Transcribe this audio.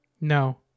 No